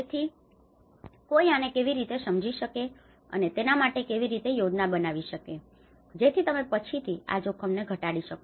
તેથી કોઈ આને કેવી રીતે સમજી શકે અને તેના માટે કેવી રીતે યોજના બનાવી શકે કે જેથી તમે પછીથી આ જોખમોને ઘટાડી શકો